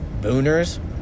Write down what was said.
booners